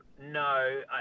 No